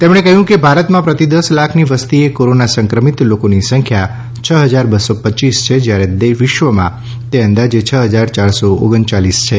તેમણે કહ્યું કે ભારતમાં પ્રતિ દશ લાખની વસતીએ કોરોના સંક્રમિત લોકોની સંખ્યા છ હજાર બસો પચ્ચીસ છે જયારે વિશ્વમાં તે અંદાજે છ હજાર યારસો ઓગણયાલીસ છે